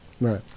right